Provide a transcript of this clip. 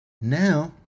Now